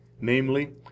namely